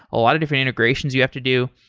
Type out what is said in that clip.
a lot of different integrations you have to do.